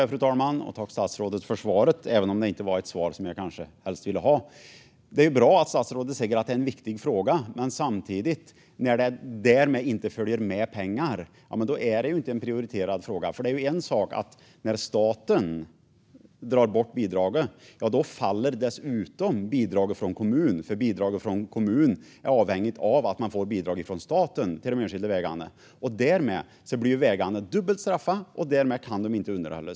Fru talman! Jag tackar statsrådet för svaret, även om det inte var det svar jag helst ville ha. Det är bra att statsrådet säger att det är en viktig fråga, men när det inte följer med pengar är det ju inte en prioriterad fråga. När staten drar bort bidragen till de enskilda vägarna faller dessutom bidraget från kommunen, för bidraget från kommunen är avhängigt av att man får bidrag från staten. Därmed blir vägarna dubbelt straffade, och därmed kan de inte underhållas.